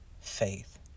faith